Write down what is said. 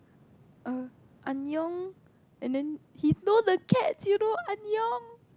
err Annyeong and then he knows that cats you know Annyeong